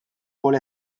kull